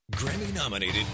Grammy-nominated